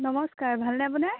নমস্কাৰ ভালনে আপোনাৰ